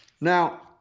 Now